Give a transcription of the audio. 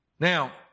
Now